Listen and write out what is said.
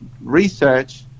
research